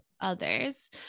others